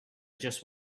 just